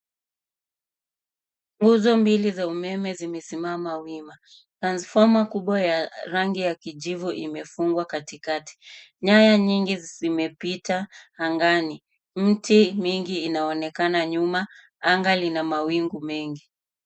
Mistari ya umeme inamisima kwenye mlima. Nyaya kubwa za rangi ya kijani imewekwa katikati. Nyaya nyingi zimepita angani. Miti mingi inaonekana nyuma, huku anga likiwa na mawingu mengi.